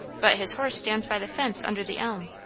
but his horse stands by the fence under the elm.